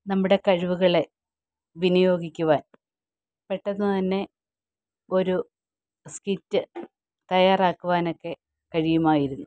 നമ്മുടെ കഴിവുകളെ വിനിയോഗിക്കുവാൻ പെട്ടെന്ന് തന്നെ ഒരു സ്കിറ്റ് തയാറാക്കുവാനൊക്കെ കഴിയുമായിരുന്നു